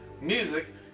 music